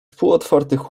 półotwartych